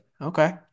Okay